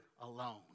alone